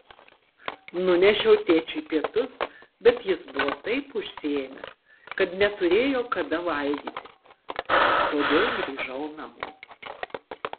nunešiau tėčiui pietus bet jis buvo taip užsiėmęs kad neturėjo kada valgyti todėl grįžau namo